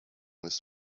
this